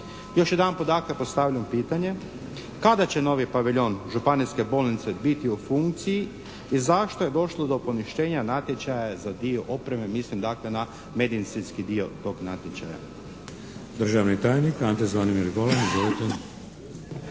Još jedanput dakle postavljam pitanje kada će novi paviljon Županijske bolnice biti u funkciji i zašto je došlo do poništenja natječaja za dio opreme, mislim dakle na medicinski dio tog natječaja?